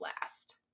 last